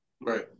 Right